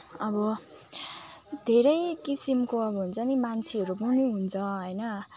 अब धेरै किसिमको अब हुन्छ नि मान्छेहरू पनि हुन्छ होइन